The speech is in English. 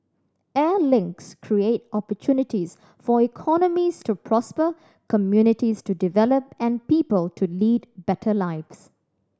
air links create opportunities for economies to prosper communities to develop and people to lead better lives